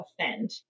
offend